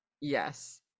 Yes